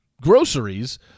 groceries